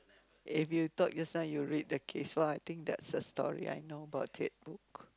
if you taught your son you read the case so I think that's the story I know about that book